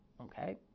Okay